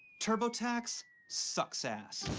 turbotax sucks ass.